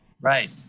Right